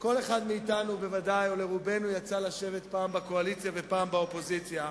לכל אחד מאתנו יצא לשבת פעם בקואליציה ופעם באופוזיציה,